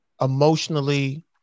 emotionally